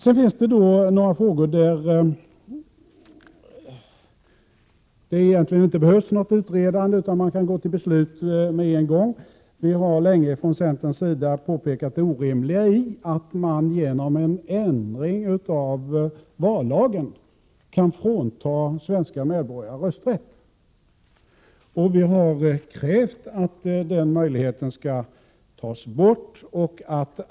Sedan finns det några frågor där det egentligen inte behövs någon utredning, utan man kan fatta beslut på en gång. Från centerns sida har vi länge påpekat det orimliga i att man genom en ändring i vallagen kan frånta svenska medborgare rösträtt. Vi har krävt att den möjligheten skall tas bort.